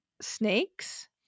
snakes